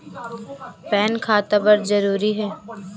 Pan खाता बर जरूरी हे?